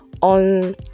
on